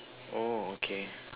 oh okay